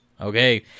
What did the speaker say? Okay